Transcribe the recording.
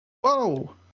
Whoa